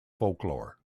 folklore